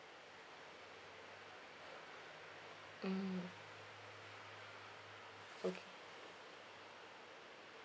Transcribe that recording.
mmhmm okay